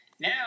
Now